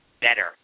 better